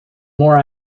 more